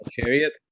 chariot